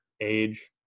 age